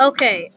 Okay